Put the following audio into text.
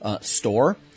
store